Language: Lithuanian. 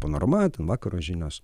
panorama ten vakaro žinios